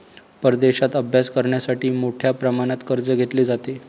परदेशात अभ्यास करण्यासाठी मोठ्या प्रमाणात कर्ज घेतले जाते